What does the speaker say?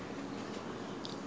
that's a long time ago lah